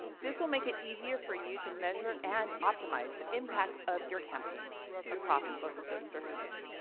this will make it easier for you to measure and optimize the impact of your campaigns across both of those surfaces.